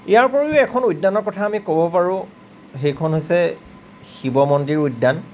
ইয়াৰ উপৰিও এখন উদ্যানৰ কথা আমি ক'ব পাৰোঁ সেইখন হৈছে শিৱমন্দিৰ উদ্যান